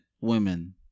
women